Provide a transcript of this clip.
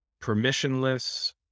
permissionless